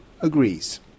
agrees